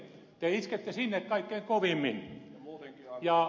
te iskette sinne kaikkein kovimmin